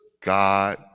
God